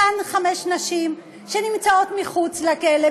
אותן חמש נשים שנמצאות מחוץ לכלא,